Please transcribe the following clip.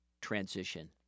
transition